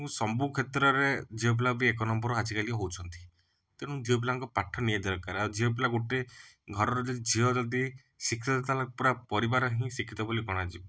ମୁଁ ସବୁ କ୍ଷେତ୍ରରେ ଝିଅପିଲା ବି ଏକ ନମ୍ବର ଆଜିକାଲି ହେଉଛନ୍ତି ତେଣୁ ଝିଅପିଲାଙ୍କ ପାଠ ନିହାତି ଦରକାର ଆଉ ଝିଅପିଲା ଗୋଟେ ଘରର ଯଦି ଝିଅ ଯଦି ଶିକ୍ଷିତ ତା'ହେଲେ ପୁରା ପରିବାର ହିଁ ଶିକ୍ଷିତ ବୋଲି ଗଣାଯିବ